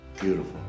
Beautiful